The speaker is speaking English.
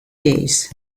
days